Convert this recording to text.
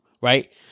right